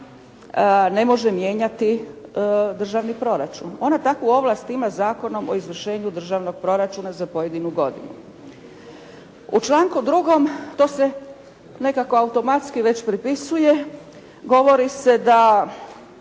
ne može mijenjati državni proračun. Ona takvu ovlast ima Zakonom o izvršenju državnog proračuna za pojedinu godinu. U članku 2. to se nekako automatski već pripisuje. Govori se da